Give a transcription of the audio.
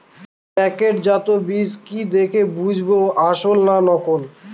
প্যাকেটজাত বীজ কি দেখে বুঝব আসল না নকল?